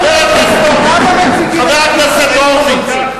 חבר הכנסת הורוביץ,